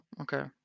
okay